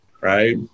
right